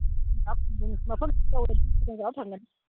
ꯐꯪꯉꯅꯤ